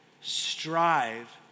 strive